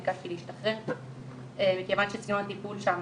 ביקשתי להשתחרר מכיוון שהטיפול שם